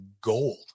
gold